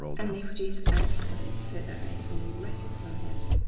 and they produce antibodies so that they can recognize